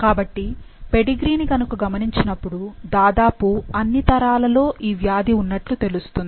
కాబట్టి పెడిగ్రీని గనుక గమనించి నప్పుడు దాదాపు అన్ని తరాలలో ఈ వ్యాధి ఉన్నట్లు తెలుస్తుంది